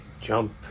jump